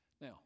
now